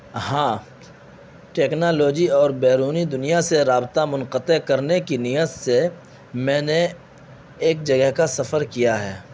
ہاں ٹکنالوجی اور بیرونی دنیا سے رابطہ منقطع کرنے کی نیت سے میں نے ایک جگہ کا سفر کیا ہے